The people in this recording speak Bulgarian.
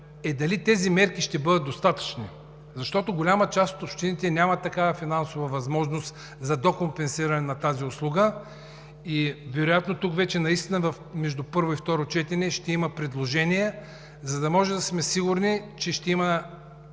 е: дали тези мерки ще бъдат достатъчни, защото голяма част от общините нямат такава финансова възможност за докомпенсиране на тази услуга?! Вероятно тук наистина между първо и второ четене ще има предложения, за да може да сме сигурни, че ще има